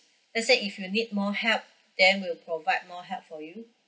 let's say if you need more help then will provide more help for you